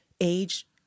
age